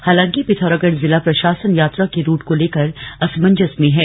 हालांकि पिथौरागढ़ जिला प्रशासन यात्रा के रूट को लेकर असमंजस में है